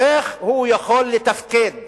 איך הוא יכול לתפקד